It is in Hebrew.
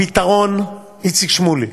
הפתרון, איציק שמולי: